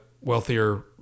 wealthier